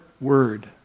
word